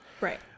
Right